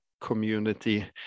community